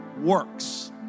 works